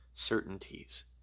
certainties